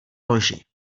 loži